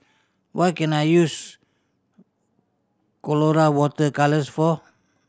what can I use Colora Water Colours for